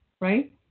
Right